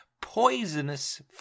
poisonous